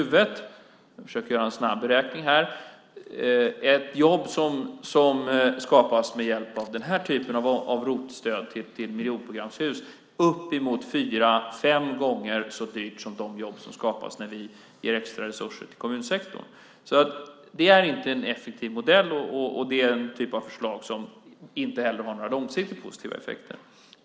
När vi gör listor på de olika tänkbara åtgärderna är ett jobb som skapas med den här typen av ROT-stöd, till miljonprogramshus, uppemot fyra fem gånger så dyrt som de jobb som skapas när vi ger extra resurser till kommunsektorn. Detta är alltså inte en effektiv modell, och det är en typ av förslag som inte heller har några långsiktigt positiva effekter.